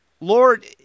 Lord